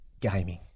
Gaming